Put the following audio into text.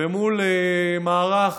ומול מערך